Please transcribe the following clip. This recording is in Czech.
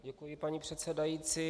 Děkuji, paní předsedající.